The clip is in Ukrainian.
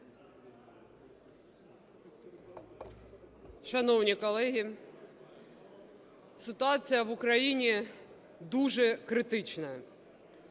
Шановні колеги, ситуація в Україні дуже критична.